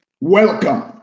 welcome